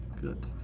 Good